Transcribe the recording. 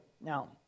Now